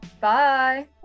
Bye